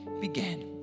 began